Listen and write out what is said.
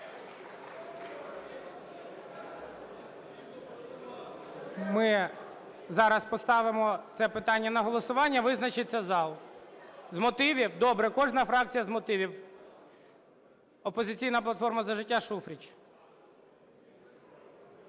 Ми зараз поставимо це питання на голосування, визначиться зал. З мотивів? Добре, кожна фракція з мотивів. "Опозицій платформа – За життя", Шуфрич.